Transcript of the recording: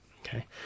okay